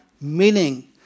Meaning